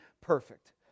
perfect